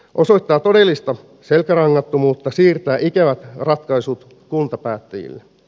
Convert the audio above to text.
osoittaa todellista selkärangattomuutta siirtää ikävät ratkaisut kuntapäättäjille